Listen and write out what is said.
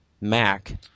Mac